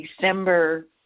December